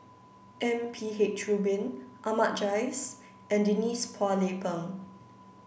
M P H Rubin Ahmad Jais and Denise Phua Lay Peng